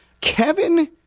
Kevin